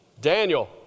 Daniel